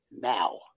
now